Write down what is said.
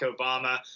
Obama